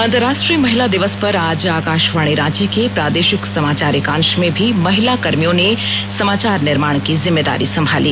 अंतराष्ट्रीय महिला दिवस पर आज आकाशवाणी रांची के प्रादेशिक समाचार एकांश में भी महिला कर्मियों ने समाचार निर्माण की जिम्मेदारी संभाली